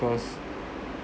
cause